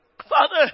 Father